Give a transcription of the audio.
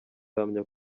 ahamya